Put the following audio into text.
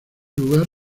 lugar